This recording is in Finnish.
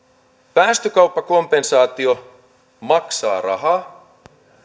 päästökauppakompensaatio maksaa rahaa